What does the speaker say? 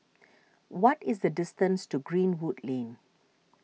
what is the distance to Greenwood Lane